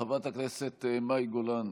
חברת הכנסת מאי גולן,